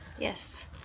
Yes